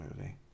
movie